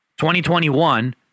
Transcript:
2021